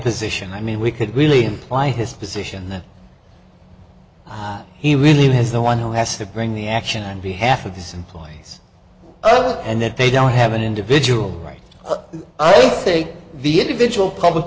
position i mean we could really imply his position that he really was the one who has to bring the action on behalf of his employees and if they don't have an individual right i think the individual public